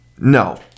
No